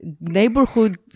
neighborhood